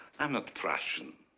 i'm not prussian.